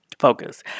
focus